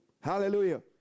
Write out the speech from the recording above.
Hallelujah